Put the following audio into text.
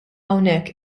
hawnhekk